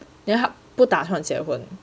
then 她不打算结婚